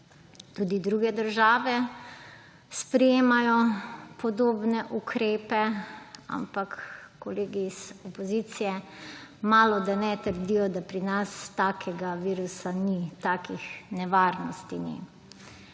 Tudi druge države sprejemajo podobne ukrepe, ampak kolegi iz opozicije malodane trdijo, da pri nas takega virusa ni, takih nevarnosti